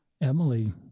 Emily